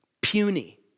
puny